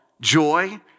joy